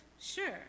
sure